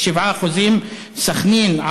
7%; סח'נין,